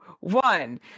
one